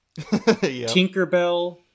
Tinkerbell